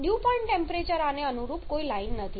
dew point temperature આને અનુરૂપ કોઈ લાઈન નથી